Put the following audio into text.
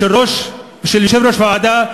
ושל יושב-ראש הוועדה,